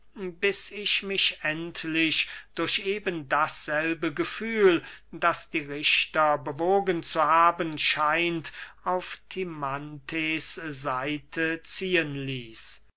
bis ich mich endlich durch eben dasselbe gefühl das die richter bewogen zu haben scheint auf timanthes seite ziehen ließ